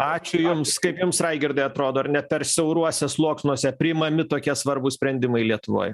ačiū jums kaip jums raigirdai atrodo ne per siauruose sluoksniuose priimami tokie svarbūs sprendimai lietuvoj